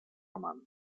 amant